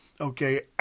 Okay